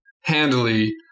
handily